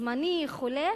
זמני וחולף?